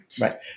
Right